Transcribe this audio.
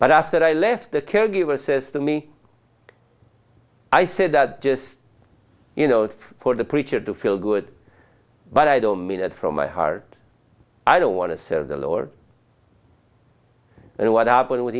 but after i left the caregiver says to me i said that just for the preacher to feel good but i don't mean that from my heart i don't want to serve the lord and what happened with